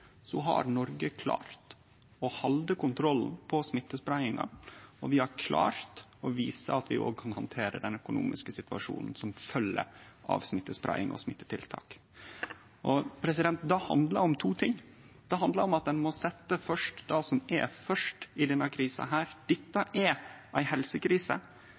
har Noreg klart å halde kontrollen på smittespreiinga, og vi har klart å vise at vi òg kan handtere den økonomiske situasjonen som følgjer av smittespreiing og smitteverntiltak. Det handlar om to ting. Det handlar om at ein må setje først det som er først i denne krisa: Dette er ei helsekrise,